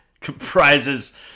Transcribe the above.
Comprises